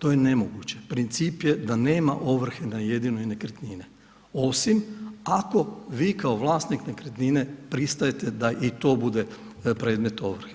to je nemoguće, princip je da nema ovrhe na jedinoj nekretnini osim ako vi kao vlasnik nekretnine pristajete da i to bude predmet ovrhe.